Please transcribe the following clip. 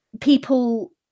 people